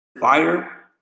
fire